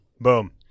boom